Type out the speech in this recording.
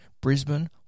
Brisbane